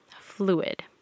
fluid